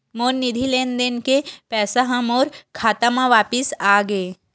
मोर निधि लेन देन के पैसा हा मोर खाता मा वापिस आ गे